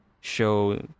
show